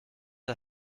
der